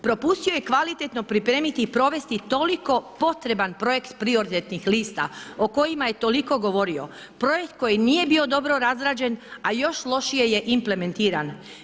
Propustio je kvalitetno pripremiti i provesti toliko potreban projekt prioritetnih lista o kojima je govorio. projekt koji nije bio dobro razrađen a još lošije je implementiran.